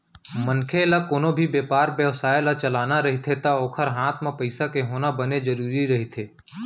मनखे ल कोनो भी बेपार बेवसाय ल चलाना रहिथे ता ओखर हात म पइसा के होना बने जरुरी रहिथे